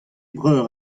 breur